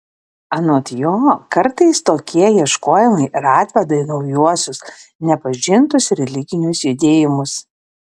anot jo kartais tokie ieškojimai ir atveda į naujuosius nepažintus religinius judėjimus